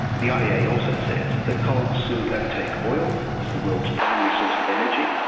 the iea yeah also says that coal will soon overtake oil as the world's primary source of energy,